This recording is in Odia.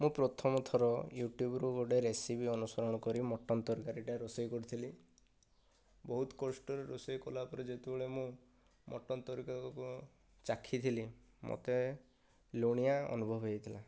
ମୁଁ ପ୍ରଥମଥର ୟୁଟ୍ୟୁବରୁ ଗୋଟିଏ ରେସିପି ଅନୁସରଣ କରି ମଟନ ତରକାରୀ ଟା ରୋଷେଇ କରିଥିଲି ବହୁତ କଷ୍ଟରେ ରୋଷେଇ କଲାପରେ ଯେତେବେଳେ ମୁଁ ମଟନ ତରକାରୀକୁ ଚାଖିଥିଲି ମୋତେ ଲୁଣିଆ ଅନୁଭବ ହେଇଥିଲା